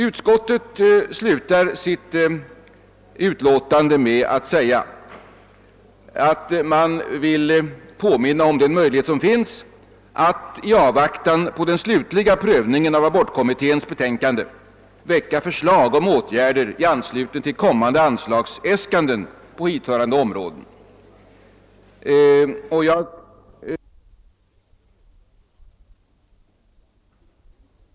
Utskottet slutar sitt utlåtande med att säga att man vill påminna om den möjlighet som finns att i avvaktan på den slutliga prövningen av abortkommitténs betänkande väcka förslag om åtgärder i anslutning till kommande anslagsäskanden på hithörande områden. Jag tycker naturligtvis att detta är ett riktigt påpekande. Men det vore bättre om vi i januari månad kunde få ett förslag, som betyder en väsentlig höjning av det här anslaget och att departementet alltså i sin budgetplanering tar med detta.